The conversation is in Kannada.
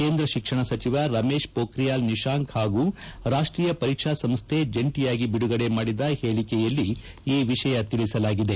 ಕೇಂದ್ರ ಶಿಕ್ಷಣ ಸಚಿವ ರಮೇಶ್ ಪೋಬ್ರಿಯಾಲ್ ನಿಶಾಂಕ್ ಹಾಗೂ ರಾಷ್ಷೀಯ ಪರೀಕ್ಷಾ ಸಂಸ್ಥೆ ಜಂಟಿಯಾಗಿ ಬಿಡುಗಡೆ ಮಾಡಿದ ಹೇಳಿಕೆಯಲ್ಲಿ ಈ ವಿಷಯ ತಿಳಿಸಲಾಗಿದೆ